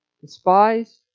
despised